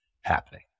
happening